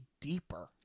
deeper